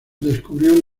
descubrió